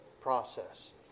process